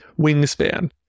wingspan